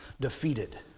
defeated